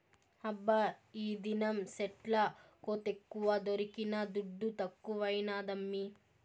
హబ్బా ఈదినం సెట్ల కోతెక్కువ దొరికిన దుడ్డు తక్కువైనాదమ్మీ